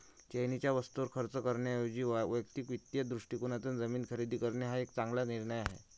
चैनीच्या वस्तूंवर खर्च करण्याऐवजी वैयक्तिक वित्ताच्या दृष्टिकोनातून जमीन खरेदी करणे हा एक चांगला निर्णय आहे